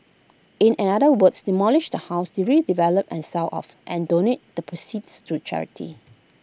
in another words demolish the house redevelop and sell off and donate the proceeds to charity